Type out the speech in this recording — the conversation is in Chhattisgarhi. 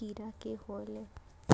कीरा के होय ले